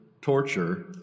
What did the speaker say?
torture